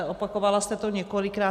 Opakovala jste to několikrát.